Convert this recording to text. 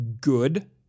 good